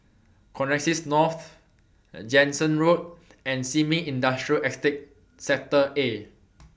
Connexis North Jansen Road and Sin Ming Industrial Estate Sector A